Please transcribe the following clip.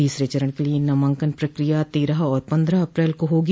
तीसरे चरण के लिए नामांकन प्रक्रिया तेरह और पन्द्रह अप्रैल को होगी